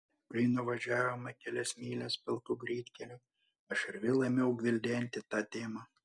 kai nuvažiavome kelias mylias pilku greitkeliu aš ir vėl ėmiau gvildenti tą temą